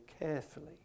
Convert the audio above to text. carefully